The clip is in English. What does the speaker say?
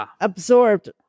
absorbed